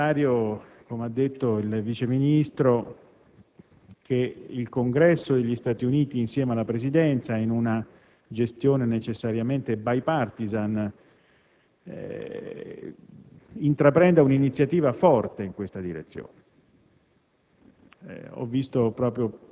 Ebbene, è necessario, come ha detto il Vice ministro, che il Congresso degli Stati Uniti e la Presidenza, in una gestione per forza di cose *bipartisan*, intraprendano un'iniziativa forte in questa direzione.